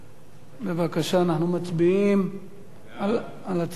בבקשה, אנחנו מצביעים על הצעת החוק.